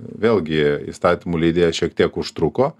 vėlgi įstatymų leidėjas šiek tiek užtruko